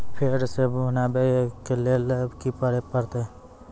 फेर सॅ बनबै के लेल की करे परतै?